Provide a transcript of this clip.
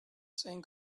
saying